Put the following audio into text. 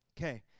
Okay